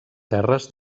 terres